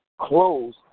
close